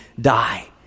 die